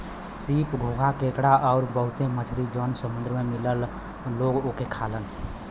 सीप, घोंघा केकड़ा आउर बहुते मछरी जौन समुंदर में मिलला लोग ओके खालन